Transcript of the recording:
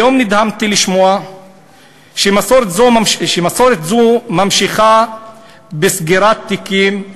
היום נדהמתי לשמוע שמסורת זו ממשיכה בסגירת תיקים,